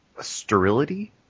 Sterility